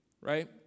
right